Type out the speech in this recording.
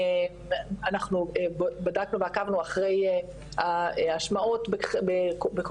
אנחנו בדקנו ועקבנו אחרי ההשמעות של זמרים